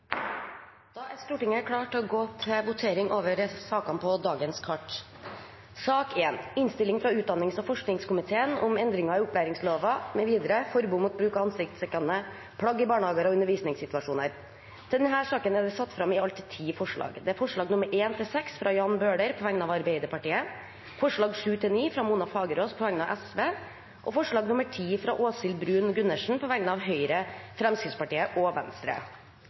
Da er Stortinget klar til å gå til votering. Under debatten er det satt fram i alt ti forslag. Det er forslagene nr. 1–6, fra Jan Bøhler på vegne av Arbeiderpartiet forslagene nr. 7–9, fra Mona Fagerås på vegne av Sosialistisk Venstreparti forslag nr. 10, fra Åshild Bruun-Gundersen på vegne av Høyre, Fremskrittspartiet og Venstre